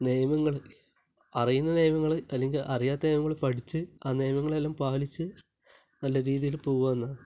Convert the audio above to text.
നിയമങ്ങൾ അറിയുന്ന നിയമങ്ങൾ അല്ലെങ്കിൽ അറിയാത്ത നിയമങ്ങള് പഠിച്ച് ആ നിയമങ്ങളെയെല്ലാം പാലിച്ച് നല്ല രീതിയിൽ പോവുക എന്നതാണ്